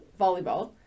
volleyball